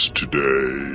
today